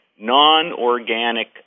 non-organic